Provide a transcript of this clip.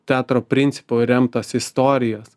teatro principu remtos istorijos